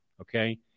Okay